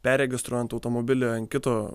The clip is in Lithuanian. perregistruojant automobilį ant kito